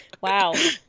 Wow